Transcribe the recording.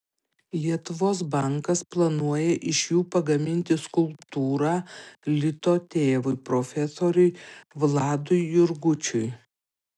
lietuvos bankas planuoja iš jų pagaminti skulptūrą lito tėvui profesoriui vladui jurgučiui